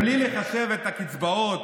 בלי לחשב את הקצבאות,